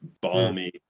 balmy